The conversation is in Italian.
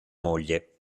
moglie